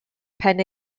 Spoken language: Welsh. pen